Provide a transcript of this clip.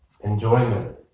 enjoyment